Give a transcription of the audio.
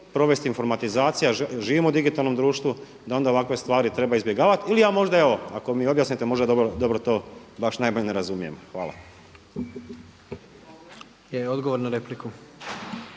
provesti informatizacija, živimo u digitalnom društvu da onda ovakve stvari treba izbjegavati ili ja možda evo, ako mi objasnite možda dobro to, baš najbolje ne razumijem. Hvala.